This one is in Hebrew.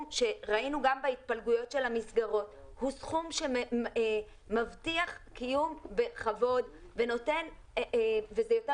שראינו גם בהתפלגויות של המסגרות שהוא סכום שמבטיח קיום בכבוד וזה יותר